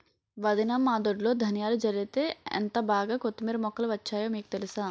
వదినా మా దొడ్లో ధనియాలు జల్లితే ఎంటబాగా కొత్తిమీర మొక్కలు వచ్చాయో మీకు తెలుసా?